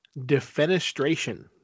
Defenestration